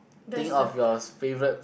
think of your favourite